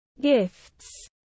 gifts